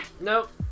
Nope